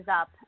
up